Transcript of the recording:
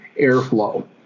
airflow